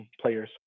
players